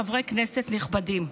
חברי כנסת נכבדים: